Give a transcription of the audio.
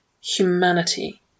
humanity